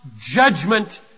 judgment